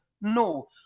no